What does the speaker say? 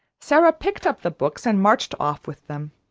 sara picked up the books and marched off with them.